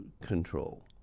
control